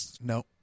No